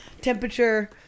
temperature